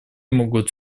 могут